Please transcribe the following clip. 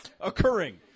occurring